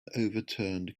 overturned